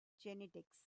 genetics